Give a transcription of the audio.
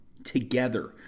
together